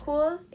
Cool